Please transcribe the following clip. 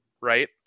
right